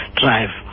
drive